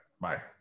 Bye